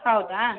ಹೌದಾ